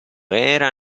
era